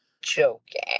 joking